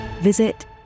visit